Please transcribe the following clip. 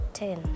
ten